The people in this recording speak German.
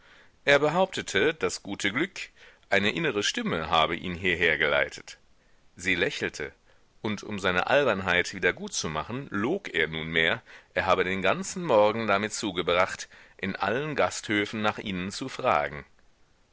er behauptete das gute glück eine innere stimme habe ihn hierher geleitet sie lächelte und um seine albernheit wieder gutzumachen log er nunmehr er habe den ganzen morgen damit zugebracht in allen gasthöfen nach ihnen zu fragen